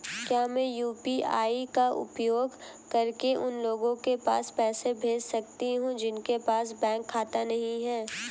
क्या मैं यू.पी.आई का उपयोग करके उन लोगों के पास पैसे भेज सकती हूँ जिनके पास बैंक खाता नहीं है?